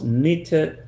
knitted